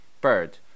Bird